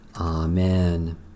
Amen